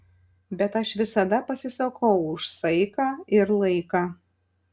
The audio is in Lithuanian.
bet aš visada pasisakau už saiką ir laiką